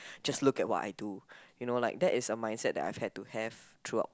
just look at what I do you know like that is a mindset I've had to have throughout